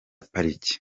pariki